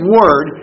Word